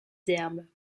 herbes